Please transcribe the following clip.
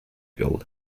build